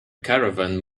caravan